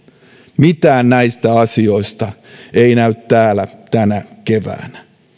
mitään näistä asioista ei näy täällä tänä keväänä